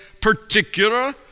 particular